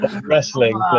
wrestling